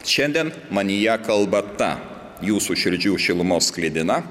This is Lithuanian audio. šiandien manyje kalba ta jūsų širdžių šilumos sklidina